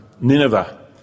Nineveh